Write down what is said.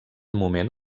moment